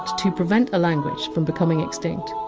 to prevent a language from becoming extinct,